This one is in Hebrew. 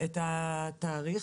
את התאריך,